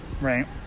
right